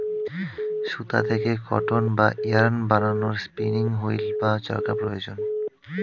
সুতা থেকে কটন বা ইয়ারন্ বানানোর স্পিনিং উঈল্ বা চরকা প্রয়োজন